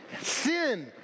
sin